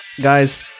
guys